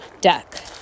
deck